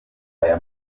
aya